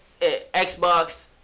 Xbox